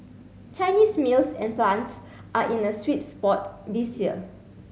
Chinese mills and plants are in a sweet spot this year